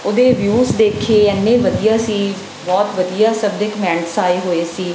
ਉਹਦੇ ਵਿਊਜ਼ ਦੇਖੇ ਇੰਨੇ ਵਧੀਆ ਸੀ ਬਹੁਤ ਵਧੀਆ ਸਭ ਦੇ ਕਮੈਂਟਸ ਆਏ ਹੋਏ ਸੀ